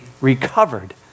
recovered